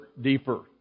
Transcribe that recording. deeper